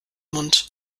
mund